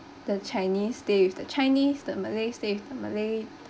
the chinese stay with the chinese the malay stay with the malay